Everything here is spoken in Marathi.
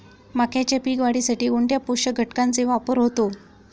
मक्याच्या पीक वाढीसाठी कोणत्या पोषक घटकांचे वापर होतो?